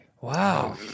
Wow